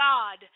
God